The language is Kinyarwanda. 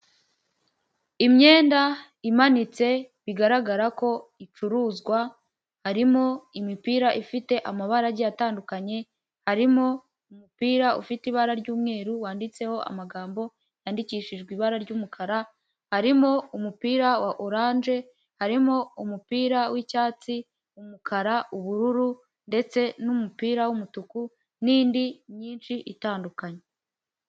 Imyenda imanitse bigaragara ko icuruzwa harimo imipira ifite amabara agiye atandukanye arimo umupira ufite ibara ry'umweru wanditseho amagambo yandikishijwe ibara ry'umukara ,harimo umupira wa oranje ,harimo umupira w' icyatsi umukara, ubururu ndetse n'umupira w'umutuku n'indi myinshi itandukanye.